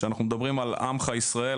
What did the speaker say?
כשאנחנו מדברים על עמך ישראל,